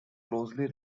closely